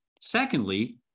secondly